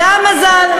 זה המזל.